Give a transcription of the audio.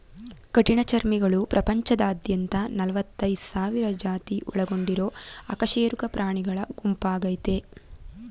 ಕಠಿಣಚರ್ಮಿಗಳು ಪ್ರಪಂಚದಾದ್ಯಂತ ನಲವತ್ತೈದ್ ಸಾವಿರ ಜಾತಿ ಒಳಗೊಂಡಿರೊ ಅಕಶೇರುಕ ಪ್ರಾಣಿಗುಂಪಾಗಯ್ತೆ